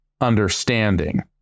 understanding